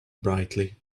brightly